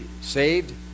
Saved